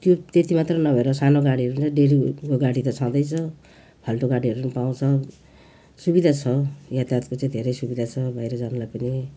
त्यो त्यति मात्रै नभएर सानो गाडीहरू पनि डेलीको गाडी त छँदैछ फाल्टु गाडीहरू पनि पाउँछ सुविधा छ यातायातको चाहिँ धेरै सुविधा छ बाहिर जानलाई पनि